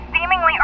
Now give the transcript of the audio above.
seemingly